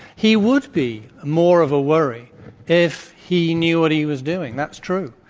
he would be more of a worry if he knew what he was doing. that's true.